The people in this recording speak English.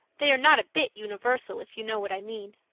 they are not a bit universal, if you know what i mean.